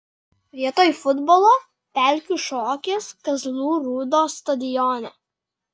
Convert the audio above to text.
vietoj futbolo pelkių šokis kazlų rūdos stadione